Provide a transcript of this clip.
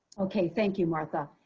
okay, thank you, martha,